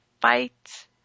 fight